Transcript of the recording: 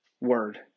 word